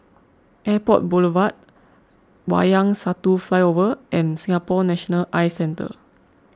Airport Boulevard Wayang Satu Flyover and Singapore National Eye Centre